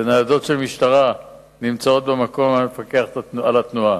וניידות משטרה נמצאות במקום שמפקח על התנועה.